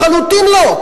לחלוטין לא.